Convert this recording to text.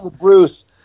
Bruce